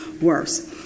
worse